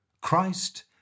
Christ